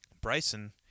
Bryson